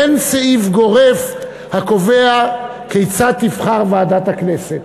אין סעיף גורף הקובע כיצד תבחר ועדת הכנסת.